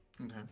Okay